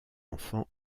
enfants